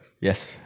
Yes